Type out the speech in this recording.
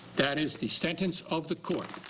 that is the sentence of the court.